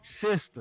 system